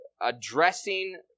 addressing